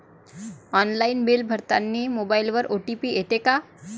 Online bill भरतानी मोबाईलवर OTP येते का?